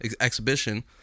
exhibition